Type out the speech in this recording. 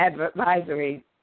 advisory